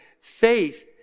faith